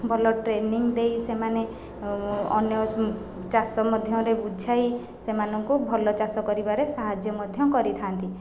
ଭଲ ଟ୍ରେନିଙ୍ଗ ଦେଇ ସେମାନେ ଅନ୍ୟ ଚାଷ ମଧ୍ୟରେ ବୁଝାଇ ସେମାଙ୍କୁ ଭଲ ଚାଷ କରିବାରେ ସାହାଯ୍ୟ ମଧ୍ୟ କରିଥାନ୍ତି